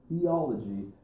theology